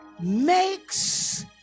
Makes